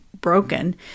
broken